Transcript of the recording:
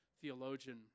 theologian